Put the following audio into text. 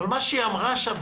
מה שהיא אמרה שם,